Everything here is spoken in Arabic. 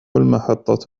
المحطة